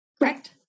correct